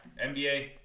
NBA